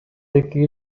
экиге